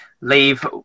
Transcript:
leave